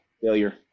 failure